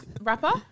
rapper